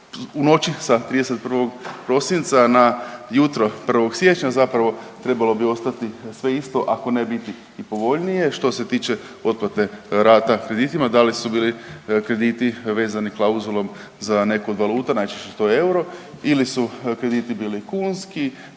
u noći sa 31. prosinca na jutro 1. siječnja zapravo trebalo bi ostati sve isto ako ne i biti povoljnije što se tiče otplate rata kreditima, da li su bili krediti vezani klauzulom za neku od valuta, najčešće je to euro ili su krediti bili kunski,